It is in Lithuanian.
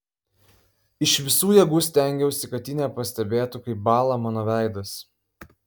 iš visų jėgų stengiausi kad ji nepastebėtų kaip bąla mano veidas